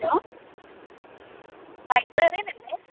hello librarian അല്ലേ